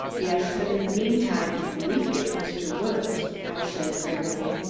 yes, but in the meantime, we get mr. woods, i said grimly.